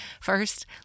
First